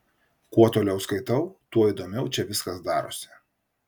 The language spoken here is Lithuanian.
kuo toliau skaitau tuo įdomiau čia viskas darosi